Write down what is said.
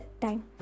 time